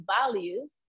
values